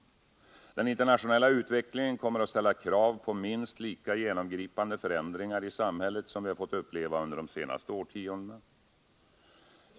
Den internationella utvecklingen kommer att ställa krav på minst lika genomgripande förändringar i samhället som vi har fått uppleva under de senaste årtiondena.